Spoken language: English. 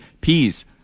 Peas